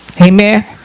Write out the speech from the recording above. Amen